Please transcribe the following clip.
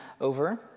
over